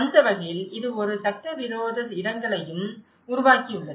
அந்த வகையில் இது ஒருவித சட்டவிரோத இடங்களையும் உருவாக்கியுள்ளது